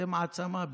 אתם מעצמה בכלל.